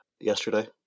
yesterday